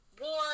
war